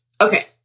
Okay